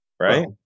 Right